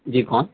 جی کون